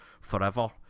forever